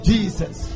Jesus